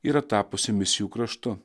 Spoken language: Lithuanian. yra tapusi misijų kraštu